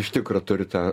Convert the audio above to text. iš tikro turiu tą